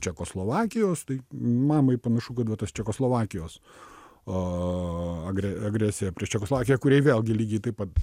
čekoslovakijos tai mamai panašu kad va tos čekoslovakijos a agre agresija prieš čekoslovakiją kuriai vėlgi lygiai taip pat